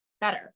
better